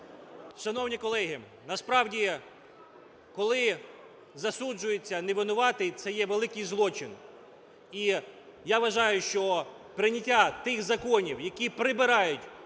Шановні колеги! Насправді, коли засуджується невинуватий – це є великий злочин. І я вважаю, що прийняття тих законів, які прибирають